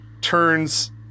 turns